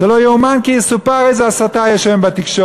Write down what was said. זה לא יאומן כי יסופר איזו הסתה יש היום בתקשורת.